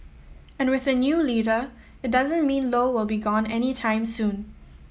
and with a new leader it doesn't mean Low will be gone anytime soon